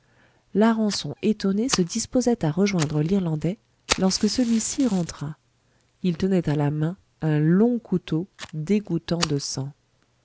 larençon étonné se disposait à rejoindre l'irlandais lorsque celui-ci rentra il tenait à la main un long couteau dégouttant de sang